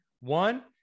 One